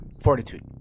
Fortitude